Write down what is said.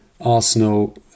Arsenal